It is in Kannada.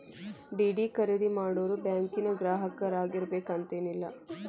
ಡಿ.ಡಿ ಖರೇದಿ ಮಾಡೋರು ಬ್ಯಾಂಕಿನ್ ಗ್ರಾಹಕರಾಗಿರ್ಬೇಕು ಅಂತೇನಿಲ್ಲ